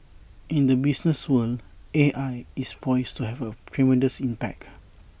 in the business world A I is poised to have A tremendous impact